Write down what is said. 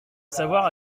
savoir